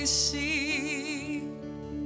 see